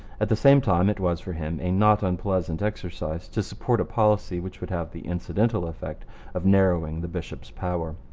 at the same time, it was for him a not unpleasant exercise to support a policy which would have the incidental effect of narrowing the bishop's power.